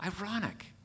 Ironic